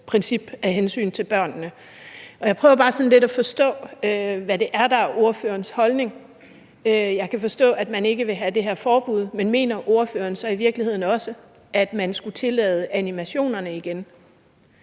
af hensyn til børnene. Jeg prøver bare sådan lidt at forstå, hvad det er, der er ordførerens holdning. Jeg kan forstå, at man ikke vil have det her forbud, men mener ordføreren så i virkeligheden også, at man skulle tillade animationerne igen?